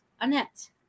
Annette